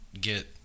get